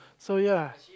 so ya